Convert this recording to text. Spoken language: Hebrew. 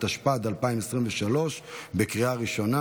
התשפ"ד 2023, לקריאה ראשונה.